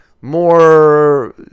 more